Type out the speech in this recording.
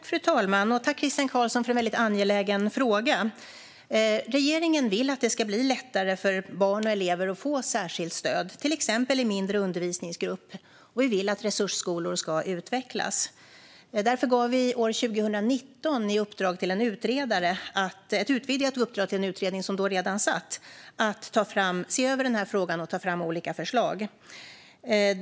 Fru talman! Jag tackar Christian Carlsson för en angelägen fråga. Regeringen vill att det ska bli lättare för barn och elever att få särskilt stöd, till exempel i mindre undervisningsgrupp, och vi vill att resursskolor ska utvecklas. Därför gav regeringen 2019 ett utvidgat uppdrag till en sittande utredning att se över denna fråga och ta fram olika förslag.